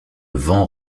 vent